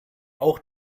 auch